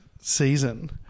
season